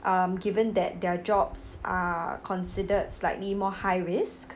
um given that their jobs are considered slightly more high-risk